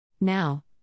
Now